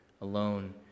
alone